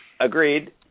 Agreed